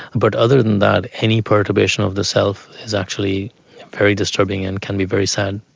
but other than that, any perturbation of the self is actually very disturbing and can be very sad.